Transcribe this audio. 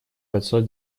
пятьсот